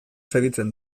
segitzen